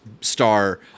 star